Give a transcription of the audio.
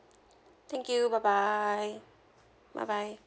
thank you bye bye bye bye